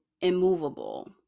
immovable